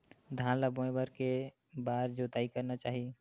धान ल बोए बर के बार जोताई करना चाही?